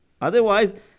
Otherwise